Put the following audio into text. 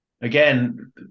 Again